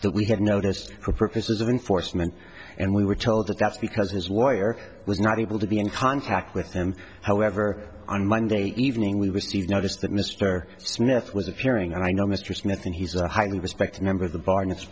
that we had noticed for purposes of enforcement and we were told that that's because his lawyer was not able to be in contact with him however on monday evening we received notice that mr smith was appearing and i know mr smith and he's a highly respected member of the bar and it's